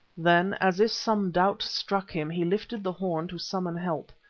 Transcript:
then as if some doubt struck him he lifted the horn to summon help.